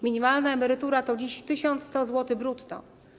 Minimalna emerytura to dziś 1100 zł brutto.